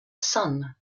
son